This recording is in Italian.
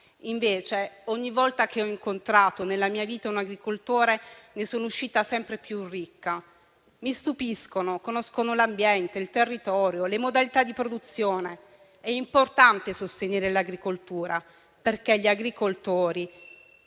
invece, ogni volta che ho incontrato nella mia vita un agricoltore, ne sono uscita sempre più ricca. Mi stupiscono, conoscono l'ambiente, il territorio e le modalità di produzione. È importante sostenere l'agricoltura perché gli agricoltori